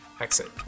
exit